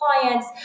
clients